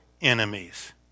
Enemies